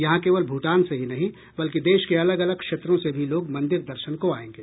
यहां केवल भूटान से ही नहीं बल्कि देश के अलग अलग क्षेत्रों से भी लोग मंदिर दर्शन को आएंगे